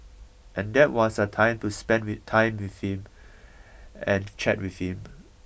and that was a time to spend the time with him and chat with him